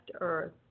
earth